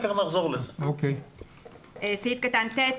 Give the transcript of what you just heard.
תמשיכי.